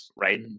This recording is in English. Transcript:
right